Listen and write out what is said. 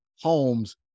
homes